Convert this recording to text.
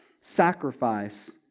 sacrifice